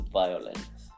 violence